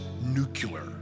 nuclear